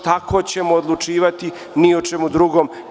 Tako ćemo odlučivati, ni po čemu drugom.